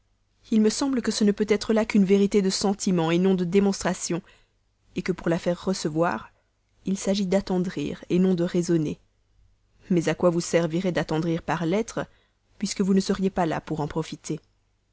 il me semble que ce ne peut être là qu'une vérité de sentiment non de démonstration que pour la faire recevoir il s'agit d'attendrir non de raisonner mais à quoi vous servirait d'attendrir par lettres puisque vous ne seriez pas là pour en profiter